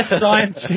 science